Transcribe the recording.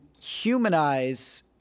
humanize